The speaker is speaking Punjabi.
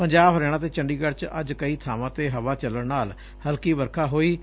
ਪੰਜਾਬ ਹਰਿਆਣਾ ਅਤੇ ਚੰਡੀਗੜ੍ 'ਚ ਅੱਜ ਕਈ ਬਾਵਾਂ ਤੇ ਹਵਾ ਚੱਲਣ ਅਤੇ ਹਲਕੀ ਵਰਖਾ ਹੋਈ ਏ